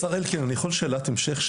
השר אלקין, אני יכול שאלת המשך?